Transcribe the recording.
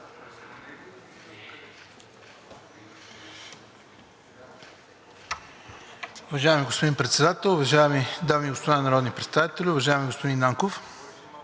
Уважаеми господин Председател, уважаеми госпожи и господа народни представители! Уважаеми господин Нанков,